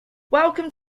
welcome